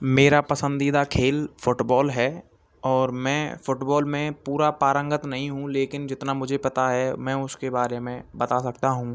मेरा पसंदीदा खेल फ़ुटबॉल है और मैं फ़ुटबॉल में पूरा पारंगत नहीं हूँ लेकिन जितना मुझे पता है मैं उसके बारे में बता सकता हूँ